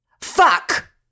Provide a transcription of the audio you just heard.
Fuck